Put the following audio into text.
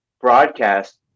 broadcast